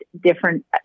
different